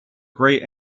grey